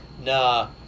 nah